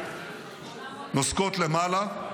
-- ההשקעות הזרות במשק נוסקות למעלה,